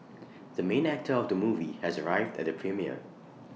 the main actor of the movie has arrived at the premiere